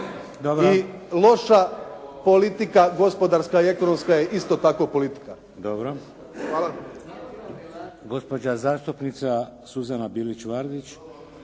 i loša politika gospodarska i ekonomska je isto tako politika.